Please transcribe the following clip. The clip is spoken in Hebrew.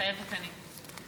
מתחייבת אני ברכות,